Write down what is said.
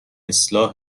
اصلاح